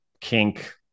kink